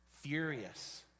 Furious